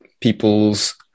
people's